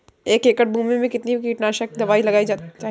एक एकड़ भूमि में कितनी कीटनाशक दबाई लगानी चाहिए?